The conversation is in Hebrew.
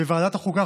בוועדת החוקה,